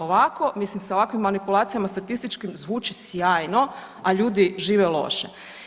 Ovako mislim da ovakvim manipulacijama statističkim zvuči sjajno, a ljudi žive loše.